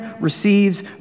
receives